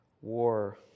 war